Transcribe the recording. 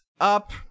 up